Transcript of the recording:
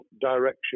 direction